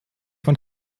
von